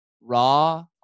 raw